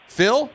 Phil